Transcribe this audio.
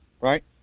Right